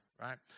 Right